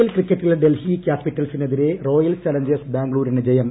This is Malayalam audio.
എൽ ക്രിക്കറ്റിൽ ഡൽഹി കൃാപിറ്റൽസിനെതിരെ റോയൽ ചലഞ്ചേഴ്സ് ബാംഗ്ലൂരിന് ജയം